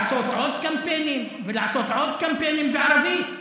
לעשות עוד קמפיינים ולעשות עוד קמפיינים בערבית?